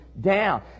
down